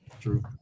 True